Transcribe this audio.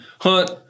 hunt